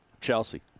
Chelsea